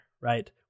right